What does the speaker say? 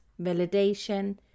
validation